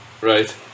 right